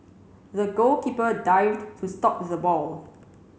the goalkeeper dived to stop the ball